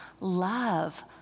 love